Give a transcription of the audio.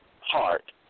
Heart